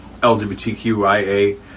LGBTQIA